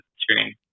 screen